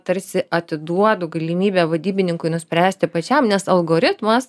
tarsi atiduodu galimybę vadybininkui nuspręsti pačiam nes algoritmas